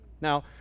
Now